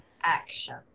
action